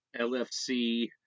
LFC